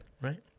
right